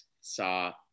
saw